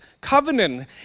covenant